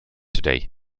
today